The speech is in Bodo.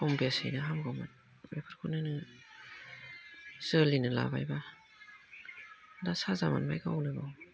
खम बेसेनावनो हामगौमोन बेफोरखौनो नोङो जोलैना लाबायबा दा साजा मोनबाय गावनो गाव